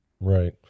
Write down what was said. Right